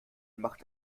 macht